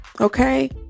Okay